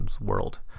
world